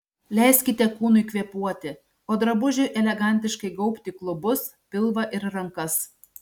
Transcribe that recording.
leiskite kūnui kvėpuoti o drabužiui elegantiškai gaubti klubus pilvą ir rankas